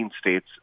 states